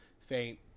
faint